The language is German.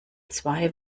zwei